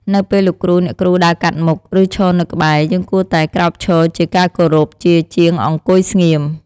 នៅពេលលោកគ្រូ អ្នកគ្រូដើរកាត់មុខ ឬឈរនៅក្បែរ យើងគួរតែ ក្រោកឈរជាការគោរព ជាជាងអង្គុយស្ងៀម។